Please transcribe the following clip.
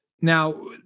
now